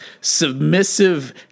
submissive